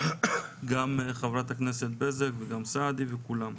גם חברת הכנסת בזק וגם סעדי וכולם.